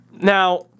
Now